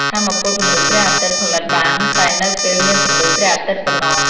ថាមពលពន្លឺព្រះអាទិត្យផលិតបានតែនៅពេលមានពន្លឺព្រះអាទិត្យប៉ុណ្ណោះ។